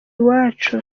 iwacu